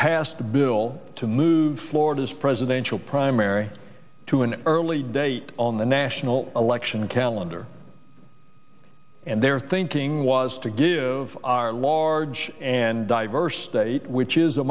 passed a bill to move florida's presidential primary to an early date on the national election calendar and their thinking was to give our large and diverse state which is a